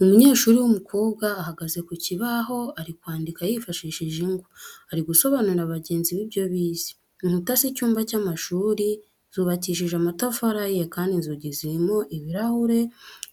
Umunyeshuri w'umukobwa ahagaze ku kibaho ari kwandika yifashishije ingwa, ari gusobanurira bagenzi be ibyo bize. Inkuta z'icyumba cy'amashuri zubakishije amatafari ahiye kandi inzugi zirimo ibirahure